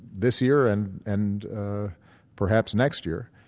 this year and and perhaps next year,